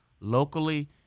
locally